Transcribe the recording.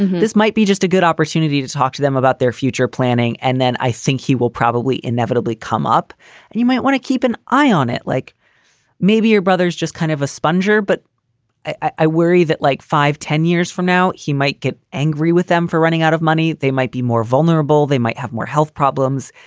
this might be just a good opportunity to talk to them about their future planning. and then i think he will probably inevitably come up and you might want to keep an eye on it, like maybe your brother's just kind of a sponger. but i worry that like five, ten years from now he might get angry with them for running out of money. they might be more vulnerable. they might have more health problems.